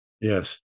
Yes